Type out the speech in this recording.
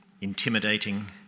intimidating